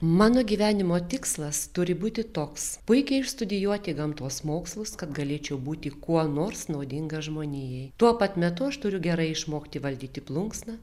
mano gyvenimo tikslas turi būti toks puikiai išstudijuoti gamtos mokslus kad galėčiau būti kuo nors naudingas žmonijai tuo pat metu aš turiu gerai išmokti valdyti plunksną